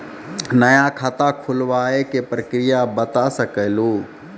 नया खाता खुलवाए के प्रक्रिया बता सके लू?